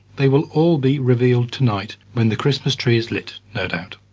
they will all be revealed tonight when the christmas tree is lit, no doubt.